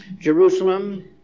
Jerusalem